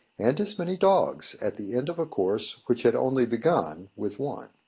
and as many dogs, at the end of a course which had only begun with one.